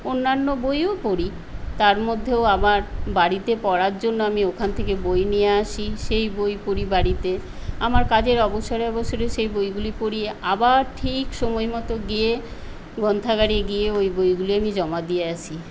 অন্যান্য বইও পড়ি তার মধ্যেও আমার বাড়িতে পড়ার জন্য আমি ওখান থেকে বই নিয়ে আসি সেই বই পড়ি বাড়িতে আমার কাজের অবসরে অবসরে সেই বইগুলি পড়ি আবার ঠিক সময় মত গিয়ে গ্রন্থাগারে গিয়ে ওই বইগুলি আমি জমা দিয়ে আসি